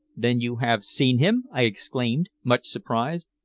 then you have seen him? i exclaimed, much surprised.